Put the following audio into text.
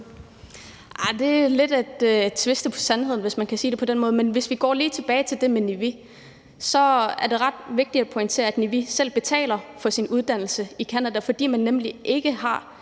Det er lidt at tviste sandheden, hvis man kan sige det på den måde. Men hvis vi går tilbage til det med Nivi, er det ret vigtigt at pointere, at Nivi selv betaler for sin uddannelse i Canada, fordi man ikke har